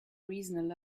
reason